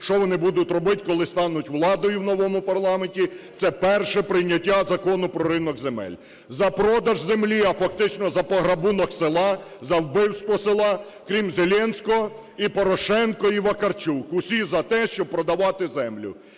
що вони будуть робити, коли стануть владою в новому парламенті. Це - перше - прийняття Закону про ринок земель. За продаж землі, а фактично за пограбунок села, за вбивство села, крім Зеленського, і Порошенко, і Вакарчук. Усі за те, щоб продавати землю.